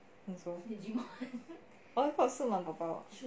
I think so oh I thought